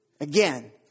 again